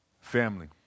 Family